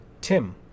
tim